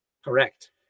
Correct